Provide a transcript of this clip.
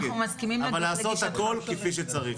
אבל לעשות הכול כפי שצריך.